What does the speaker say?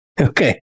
Okay